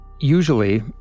usually